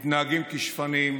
מתנהגים כשפנים,